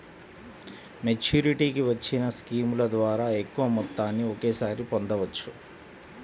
మెచ్యూరిటీకి వచ్చిన స్కీముల ద్వారా ఎక్కువ మొత్తాన్ని ఒకేసారి పొందవచ్చు